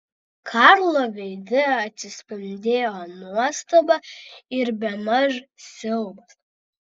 karlo veide atsispindėjo nuostaba ir bemaž siaubas